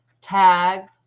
tag